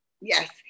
Yes